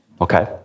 Okay